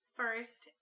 first